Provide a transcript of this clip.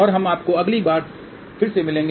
और हम आपको अगली बार फिर से मिलेगें